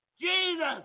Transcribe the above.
Jesus